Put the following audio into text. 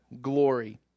glory